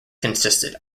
consisted